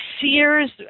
Sears